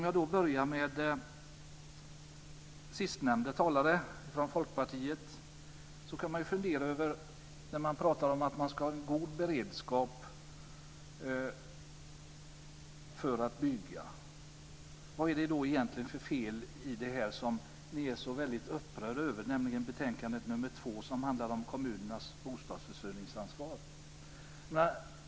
Jag börjar med den senaste talaren från Folkpartiet. Ni pratar om att man ska ha en god beredskap för att bygga. Vad är det då egentligen för fel på förslagen i betänkande nr 2, som handlar om kommunernas bostadsförsörjningsansvar? Vad är det ni är så väldigt upprörda över?